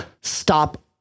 stop